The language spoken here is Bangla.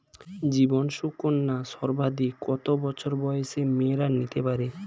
জীবন সুকন্যা সর্বাধিক কত বছর বয়সের মেয়েরা নিতে পারে?